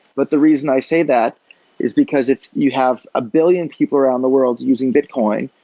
but the reason i say that is because if you have a billion people around the world using bitcoin,